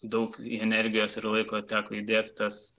daug energijos ir laiko teko įdėt tas